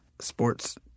sports